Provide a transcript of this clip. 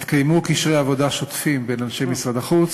התקיימו קשרי עבודה שוטפים בין אנשי משרד החוץ